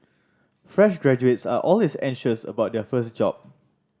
fresh graduates are always anxious about their first job